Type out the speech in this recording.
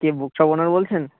কে bookshop owner বলছেন